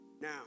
Now